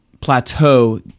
plateau